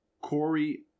Corey